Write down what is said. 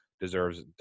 deserves